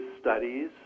studies